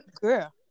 girl